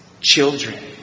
children